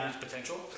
potential